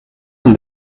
and